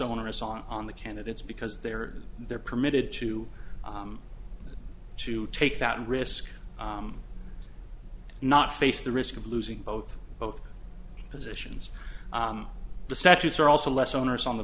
onerous on the candidates because they're they're permitted to to take that risk not face the risk of losing both both positions the statutes are also less onerous on the